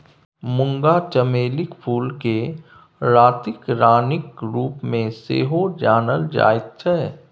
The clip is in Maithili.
मूंगा चमेलीक फूलकेँ रातिक रानीक रूपमे सेहो जानल जाइत छै